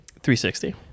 360